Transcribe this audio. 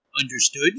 Understood